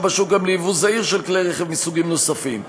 בשוק גם לייבוא זעיר של כלי רכב מסוגים נוספים,